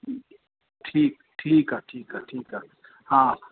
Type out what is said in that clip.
ठीकु ठीकु आहे ठीकु आहे ठीकु आहे हा